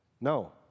No